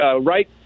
right